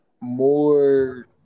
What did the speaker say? more